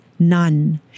None